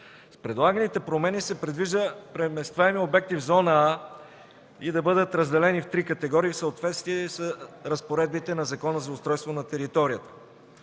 С предлаганите промени се предвижда преместваеми обекти в зона „А” да бъдат разделени в три категории в съответствие с разпоредбите на Закона за устройство на територията.